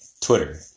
Twitter